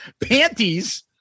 panties